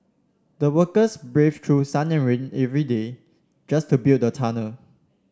the workers braved through sun and rain every day just to build the tunnel